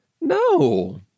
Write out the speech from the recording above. No